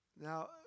Now